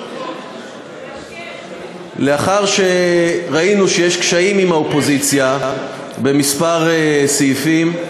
לאחר שראינו שיש קשיים עם האופוזיציה בכמה סעיפים,